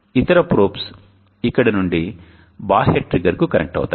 ఇతర ప్రోబ్స్ ఇక్కడి నుండి బాహ్య ట్రిగ్గర్కు కనెక్ట్ అవుతాయి